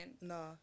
No